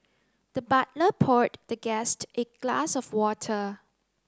the butler poured the guest a glass of water